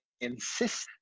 insist